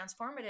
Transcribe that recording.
transformative